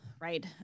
right